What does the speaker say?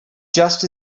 just